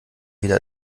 wieder